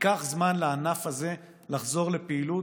ייקח זמן לענף הזה לחזור לפעילות.